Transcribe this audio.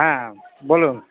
হ্যাঁ বলুন